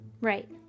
Right